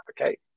Okay